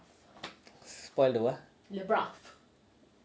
spoil the what